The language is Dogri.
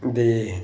ते